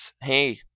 Hey